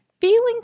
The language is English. feeling